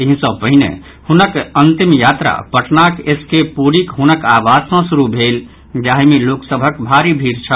एहि सँ पहिने हुनक अंतिम यात्रा पटनाक एस के पुरीक हुनक आवास सँ शुरू भेल जाहि मे लोक सभक भारी भीड़ छल